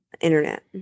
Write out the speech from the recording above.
Internet